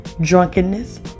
drunkenness